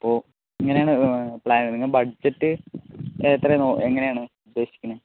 അപ്പോൾ ഇങ്ങനെയാണ് പ്ലാൻ നിങ്ങൾ ബഡ്ജറ്റ് എത്രയാണ് എങ്ങനെയാണ് ഉദേശിക്കുന്നത്